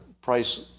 price